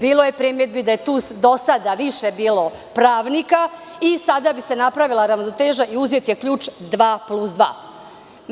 Bilo je primedbi da je tu do sada više bilo pravnika i sada se napravila ravnoteža i uzeti ključ dva plus dva.